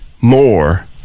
more